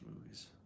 movies